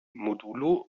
modulo